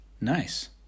Nice